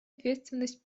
ответственность